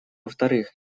вторых